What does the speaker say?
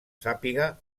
sàpiga